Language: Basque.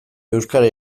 euskara